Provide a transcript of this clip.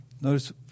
Notice